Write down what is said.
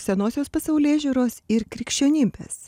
senosios pasaulėžiūros ir krikščionybės